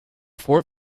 four